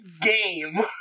game